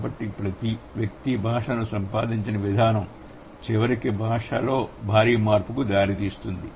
కాబట్టి ప్రతి వ్యక్తి భాషను సంపాదించిన విధానం చివరికి భాషలో భారీ మార్పుకు దారితీస్తుంది